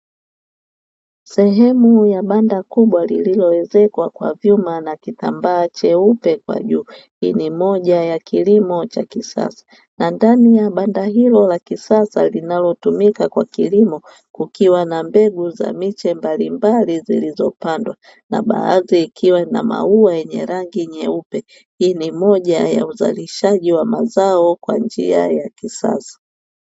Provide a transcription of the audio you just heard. Sehemu ya banda kubwa lililoezekwa kwa vyuma na kitambaa cheupe kwa juu; hii ni moja ya kilimo cha kisasa. Na ndani ya banda hilo la kisasa linalotumika kwa kilimo, kukiwa na mbegu za miche mbalimbali zilizopandwa na baadhi ikiwa ina maua yenye rangi nyeupe; hii ni moja ya uzalishaji wa mazao kwa njia ya kisasa.